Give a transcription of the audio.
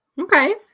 okay